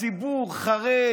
הציבור היה חרד.